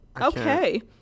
Okay